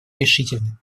решительным